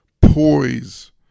poise